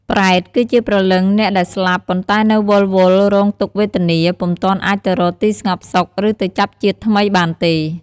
ប្រេត គឺជាព្រលឹងអ្នកដែលស្លាប់ ប៉ុន្តែនៅវិលវល់រងទុក្ខវេទនា ពុំទាន់អាចទៅរកទីស្ងប់សុខ ឬទៅចាប់ជាតិថ្មីបានទេ។